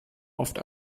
oft